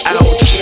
out